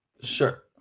Sure